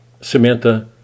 Samantha